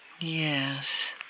Yes